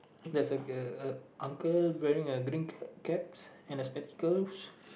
there's like a uncle wearing a green cap and a spectacle